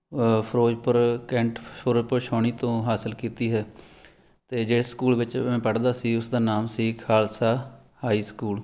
Firozpur cantt Ferozepur ਛਾਉਣੀ ਤੋਂ ਹਾਸਿਲ ਕੀਤੀ ਹੈ ਅਤੇ ਜਿਸ ਸਕੂਲ ਵਿੱਚ ਮੈਂ ਪੜ੍ਹਦਾ ਸੀ ਉਸਦਾ ਨਾਮ ਸੀ ਖਾਲਸਾ ਹਾਈ ਸਕੂਲ